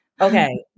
Okay